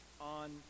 on